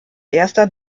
erster